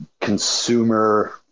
consumer